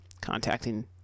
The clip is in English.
contacting